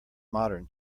modern